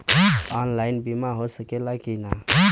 Online बीमा हो सकेला की ना?